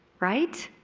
right?